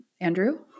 andrew